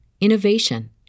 innovation